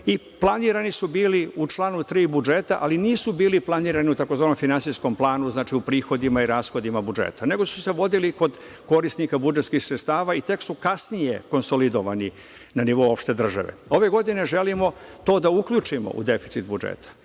i planirani su bili u članu 3. budžeta, ali nisu bili planirani u tzv. finansijskom planu, znači u prihodima i rashodima budžeta nego su se vodili kod korisnika budžetskih sredstava i tek su kasnije konsolidovani na nivou opšte države. Ove godine želimo to da uključimo u deficit budžeta.